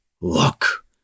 look